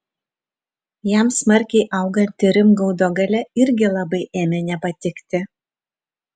jam smarkiai auganti rimgaudo galia irgi labai ėmė nepatikti